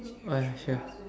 oh ya sure